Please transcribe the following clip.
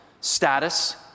Status